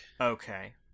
okay